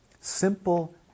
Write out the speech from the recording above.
Simple